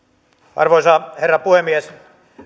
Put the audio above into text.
arvoisa herra puhemies